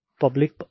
public